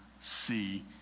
see